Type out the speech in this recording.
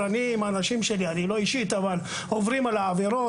אני עם האנשים שלי לא אני אישית עוברים על העבירות,